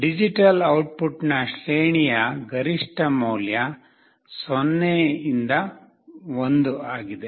digital output ನ ಶ್ರೇಣಿಯ ಗರಿಷ್ಠ ಮೌಲ್ಯ 0 ರಿಂದ 1 ಆಗಿದೆ